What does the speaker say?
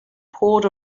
poured